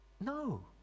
no